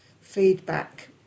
feedback